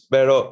Pero